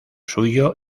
suyo